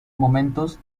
momentos